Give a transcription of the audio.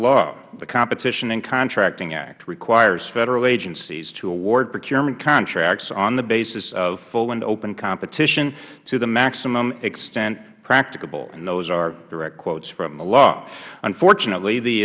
law the competition in contracting act requires federal agencies to award procurement contracts on the basis of full and open competition to the maximum extent practicable those are direct quotes from the law unfortunately the